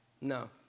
No